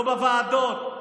לא בוועדות,